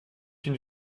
une